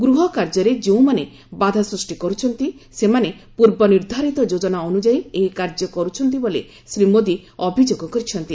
ଗୃହ କାର୍ଯ୍ୟରେ ଯେଉଁମାନେ ବାଧା ସ୍ଚଷ୍ଟି କରୁଛନ୍ତି ସେମାନେ ପୂର୍ବ ନିର୍ଦ୍ଧାରିତ ଯୋଜନା ଅନୁଯାୟୀ ଏହି କାର୍ଯ୍ୟ କରୁଛନ୍ତି ବୋଲି ଶ୍ରୀ ମୋଦି ଅଭିଯୋଗ କରିଛନ୍ତି